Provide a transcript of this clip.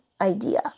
idea